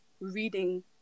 reading